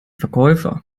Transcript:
verkäufer